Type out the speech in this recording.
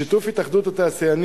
בשיתוף התאחדות התעשיינים,